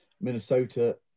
Minnesota